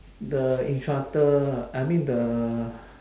the instructor I mean the